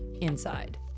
inside